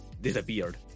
disappeared